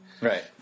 right